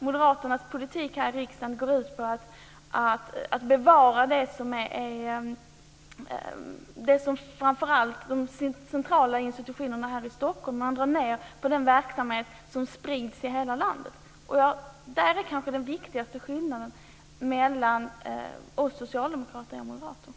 Moderaternas politik här i riksdagen går ut på att bevara de centrala institutionerna här i Stockholm, men man vill dra ned på den verksamhet som sprids i hela landet. Där ligger den kanske viktigaste skillnaden mellan oss socialdemokrater och moderaterna.